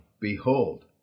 behold